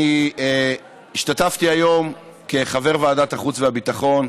אני השתתפתי היום כחבר ועדת החוץ והביטחון